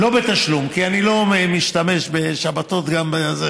לא בתשלום, כי אני לא משתמש בשבתות גם בזה.